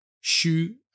shoe